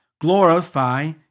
glorify